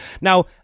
now